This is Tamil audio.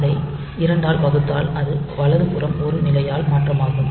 அதை 2 ஆல் வகுத்தால் அது வலதுபுறம் ஒரு நிலையால் மாற்றமாகும்